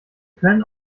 können